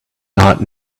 not